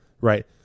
Right